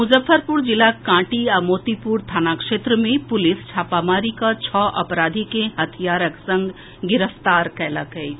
मुजफ्फरपुर जिलाक कांटी आ मोतीपुर थाना क्षेत्र मे पुलिस छापामारी कऽ छओ अपराधी के हथियारक संग गिरफ्तार कयलक अछि